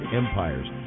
empires